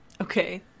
Okay